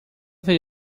think